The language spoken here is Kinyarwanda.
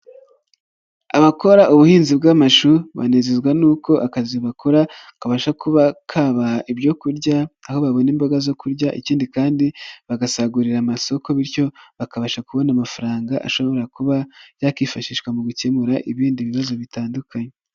Abakora ubuhinzi bw'amashuri banezezwa n'uko akazi bakora kabasha kuba kabaha ibyo kurya aho babona imboga zo kurya ikindi kandi bagasagurira amasoko bityo bakabasha kubona amafaranga ashobora kuba yakifashishwa mu gukemura ibindi bibazo bitandukanye.